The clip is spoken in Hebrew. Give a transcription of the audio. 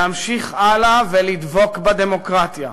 להמשיך הלאה ולדבוק בדמוקרטיה.